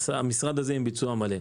המשרד הזה עם ביצוע מלא.